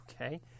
okay